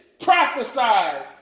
prophesied